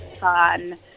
fun